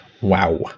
Wow